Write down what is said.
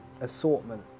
assortment